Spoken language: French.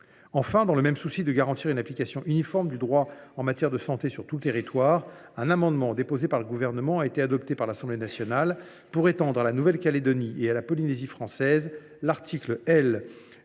Enfin, dans le même souci de garantir une application uniforme du droit en matière de santé sur tout le territoire, un amendement déposé par le Gouvernement a été adopté par l’Assemblée nationale pour étendre à la Nouvelle Calédonie et à la Polynésie française l’article L.